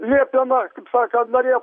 liepiama taip sakant norėjo